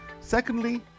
Secondly